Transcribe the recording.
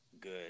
good